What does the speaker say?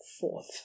Fourth